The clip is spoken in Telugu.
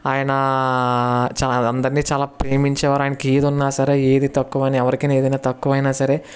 ఆయన చాలా అందరిని చాలా ప్రేమించే వారు ఆయనకి ఏది ఉన్నా సరే ఏది తక్కువ అని ఎవరికన్నా ఏదైనా తక్కువైనా సరే